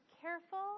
careful